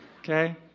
Okay